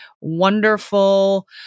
wonderful